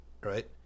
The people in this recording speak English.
right